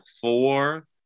Four